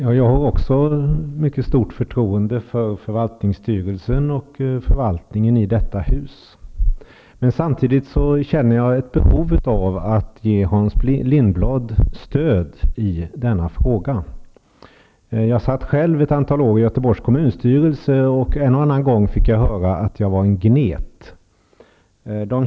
Herr talman! Också jag har mycket stort förtroende för förvaltningsstyrelsen och förvaltningen i detta hus. Men jag känner samtidigt ett behov av att ge Hans Lindblad stöd i denna fråga. Jag har själv suttit ett antal år i Göteborgs kommunstyrelse, och jag fick då en och annan gång höra att jag var en gnet.